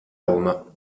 roma